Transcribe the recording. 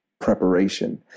preparation